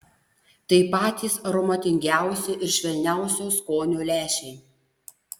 tai patys aromatingiausi ir švelniausio skonio lęšiai